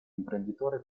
imprenditore